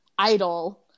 idol